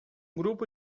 grupo